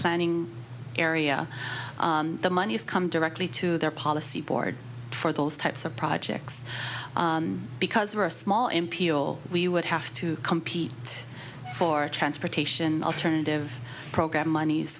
planning area the money has come directly to their policy board for those types of projects because we're a small imperial we would have to compete for transportation alternative program monies